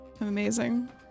Amazing